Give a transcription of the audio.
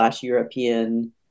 european